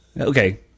Okay